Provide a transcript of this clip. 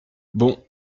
bon